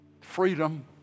freedom